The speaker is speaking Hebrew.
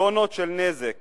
טונות של נזק